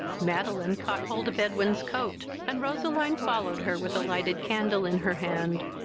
madeline caught hold of edwin's coat, and roseline followed her with a lighted candle in her hand.